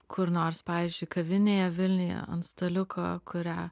kur nors pavyzdžiui kavinėje vilniuje ant staliuko kurią